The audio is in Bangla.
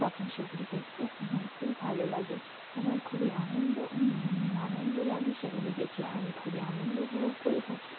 তখন সেগুলি দেখতে আমার খুব ভালো লাগে আমার খুবই আনন্দ আনন্দ লাগে সেগুলি দেখে আমি খুবই আনন্দ উপভোগ করে থাকি